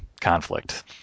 conflict